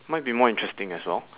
might be more interesting as well